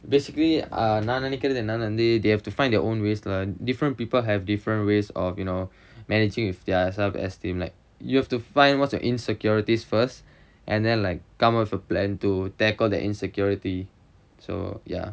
basically நா நினைக்குறது என்னன்னா வந்து:naa ninaikkurathu ennannaa vanthu they have to find their own ways lah different people have different ways of you know managing with their self esteem like you have to find what's your insecurities first and then like come up with a plan to tackle the insecurity so ya